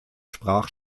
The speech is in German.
sprach